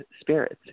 spirits